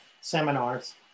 seminars